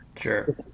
Sure